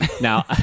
Now